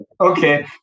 Okay